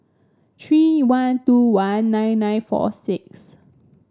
three one two one nine nine four six